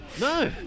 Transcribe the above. No